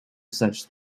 such